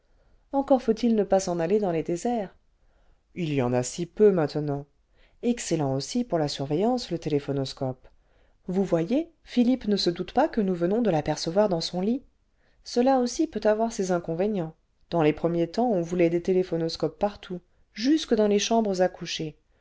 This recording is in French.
encore faut-il ne pas s'en aller dans les déserts il y en a si peu maintenant excellent aussi pour la surveillance le téléphonoscope vous voyez philippe ne se doute pas que nous venons cle l'apercevoir dans son lit cela aussi peut avoir ses inconvénients le vingtième siècle dans les premiers temps on voulait des téléphonoscopes partout jusque dans les chambres